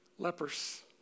Lepers